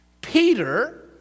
Peter